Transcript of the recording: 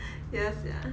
ya sia